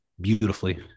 beautifully